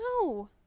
No